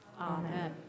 Amen